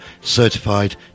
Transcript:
Certified